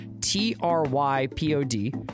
t-r-y-p-o-d